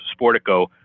Sportico